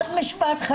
עוד משפט חשוב.